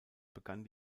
begann